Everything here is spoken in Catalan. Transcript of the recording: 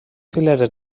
fileres